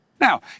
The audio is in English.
Now